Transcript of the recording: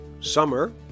summer